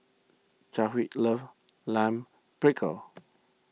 Chadwick loves Lime Pickle